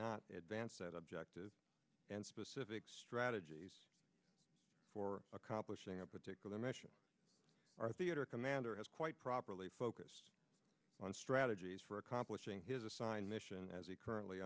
not advance set objectives and specific strategies for accomplishing a particular mission or theater commander has quite properly focused on strategies for accomplishing his assigned mission as he currently